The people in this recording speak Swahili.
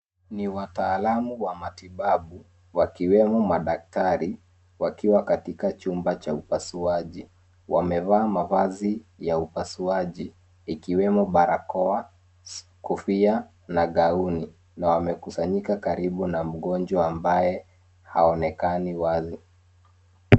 Ni wataalamu wa matibabu wakiwemo madaktari wakiwa katika chumba cha upasuaji, wamevaa mavazi ya upasuaji ikiwemo barakoa, kofia na gauni na wamekusanyika karibu na mgonjwa ambaye haonekani wazi.